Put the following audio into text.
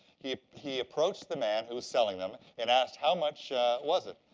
he he approached the man who was selling them and asked how much was it?